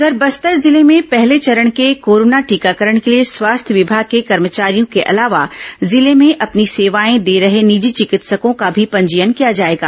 उधर बस्तर जिले में पहले चरण के कोरोना टीकाकरण के लिए स्वास्थ्य विमाग के कर्मचारियों के अलावा जिले में अपनी सेवाएं दे रहे निजी चिकित्सकों का भी पंजीयन किया जाएगा